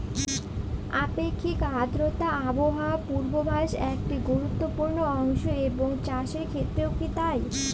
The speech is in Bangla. আপেক্ষিক আর্দ্রতা আবহাওয়া পূর্বভাসে একটি গুরুত্বপূর্ণ অংশ এবং চাষের ক্ষেত্রেও কি তাই?